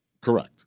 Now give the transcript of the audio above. Correct